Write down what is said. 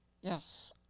Yes